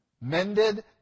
Mended